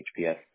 HPS